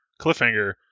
cliffhanger